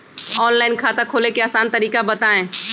Online खाता खोले के आसान तरीका बताए?